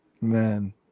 Man